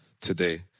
today